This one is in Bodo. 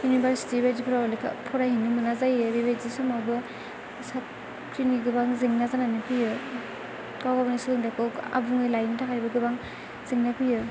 इउनिभार्सिटि बायदिफोराव लेखा फरायहैनो मोना जायो बेबायदि समावबो साख्रिनि गोबां जेंना जानानै फैयो गाव गावनि सोलोंथाइखौ आबुङै लायिनि थाखायबो गोबां जेंना फैयो